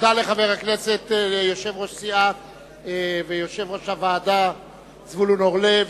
תודה לחבר הכנסת יושב-ראש סיעה ויושב-ראש הוועדה זבולון אורלב,